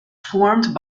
formed